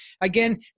again